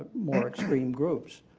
more extreme groups.